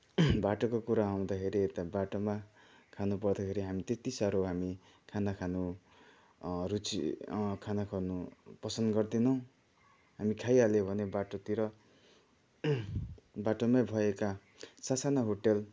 बाटोको कुरा आउँदाखेरि यता बाटोमा खानुपर्दाखेरि हामी त्यति साह्रो हामी खाना खानु रुचि खाना खानु पसन्द गर्दैनौँ हामी खाइहाल्यो भने बाटोतिर बाटोमै भएका ससाना होटल